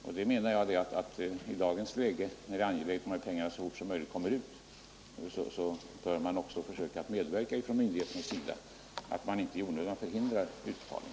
Jag menar att i dagens läge, när det är angeläget att pengarna så fort som möjligt kommer ut, bör också myndigheterna försöka medverka till det och inte i onödan förhindra utbetalning.